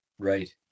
right